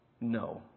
No